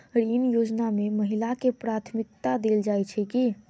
ऋण योजना मे महिलाकेँ प्राथमिकता देल जाइत छैक की?